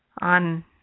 on